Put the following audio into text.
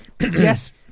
Yes